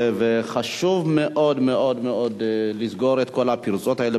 וחשוב מאוד מאוד מאוד לסגור את כל הפרצות האלה.